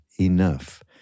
Enough